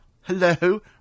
hello